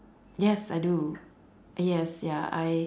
yes I do yes ya I